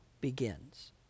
begins